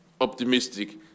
optimistic